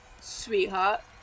sweetheart